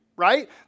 right